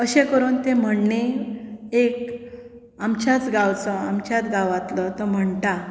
अशें करून तें म्हण्णें एक आमच्याच गांवांचो आमच्या गांवातलो तो म्हणटा